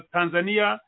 Tanzania